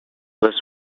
was